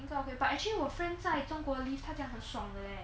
but actually 我 friend 在中国 live 他讲很爽的 leh